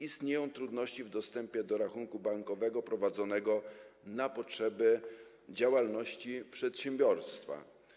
Istnieją trudności w dostępie do rachunku bankowego prowadzonego na potrzeby działalności przedsiębiorstwa.